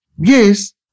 Yes